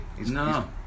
No